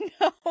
no